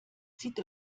zieht